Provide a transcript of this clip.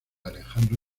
alejandro